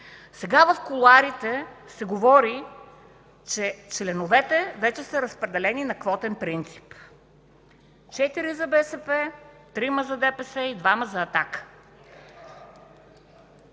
сега в кулоарите се говори, че членовете вече са разпределени на квотен принцип: четири за БСП, трима за ДПС и двама за